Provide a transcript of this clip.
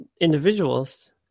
individuals